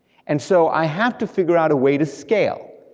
and so i have to figure out a way to scale,